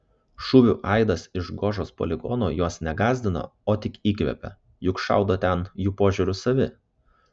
šūvių aidas iš gožos poligono juos ne gąsdina o tik įkvepia juk šaudo ten jų požiūriu savi